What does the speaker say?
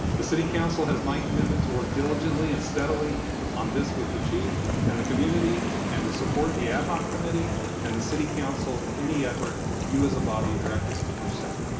the city council has my commitment to work diligently and steadily on this with the chief and the community and to support the ad hoc committee and the city council in any effort you as a body direct us to pursue.